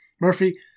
Murphy